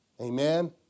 Amen